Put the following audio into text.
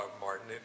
Martin